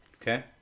Okay